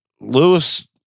Lewis